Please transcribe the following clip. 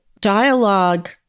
dialogue